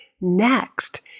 Next